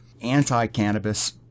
anti-cannabis